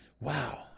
wow